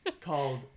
Called